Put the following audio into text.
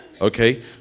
okay